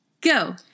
go